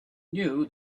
knew